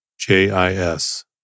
JIS